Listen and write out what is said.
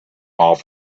off